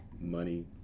money